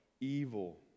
evil